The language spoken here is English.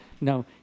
no